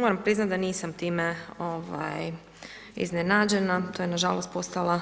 Moram priznati da nisam time iznenađena, to je na žalost postala